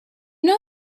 know